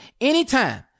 anytime